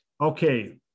Okay